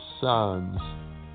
sons